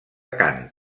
cant